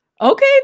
Okay